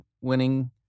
winning